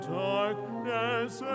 darkness